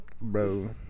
Bro